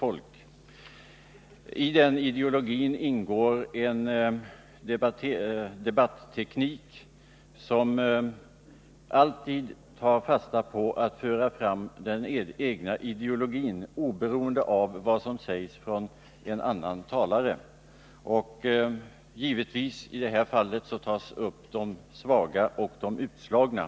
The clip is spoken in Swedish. Företrädarna för denna ideologi använder sig av en debatteknik som går ut på att föra fram den egna ideologin, oberoende av vad som sägs av en annan talare. Givetvis tar man i det här fallet upp de svaga och de utslagna.